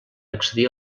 accedir